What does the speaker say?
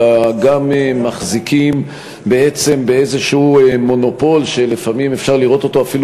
אלא גם מחזיקים בעצם באיזשהו מונופול שלפעמים אפשר לראות אותו אפילו